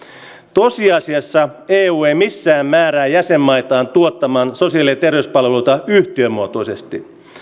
tosiasiassa eu ei missään määrää jäsenmaitaan tuottamaan sosiaali ja terveyspalveluita yhtiömuotoisesti